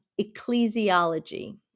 ecclesiology